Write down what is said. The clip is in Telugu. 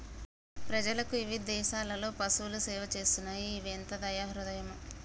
ప్రజలకు ఇవిధ దేసాలలో పసువులు సేవ చేస్తున్నాయి ఎంత దయా హృదయమో